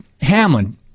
Hamlin